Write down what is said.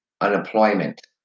unemployment